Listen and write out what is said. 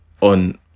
on